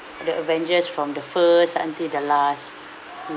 the avengers from the first until the last